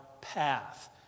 path